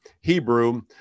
Hebrew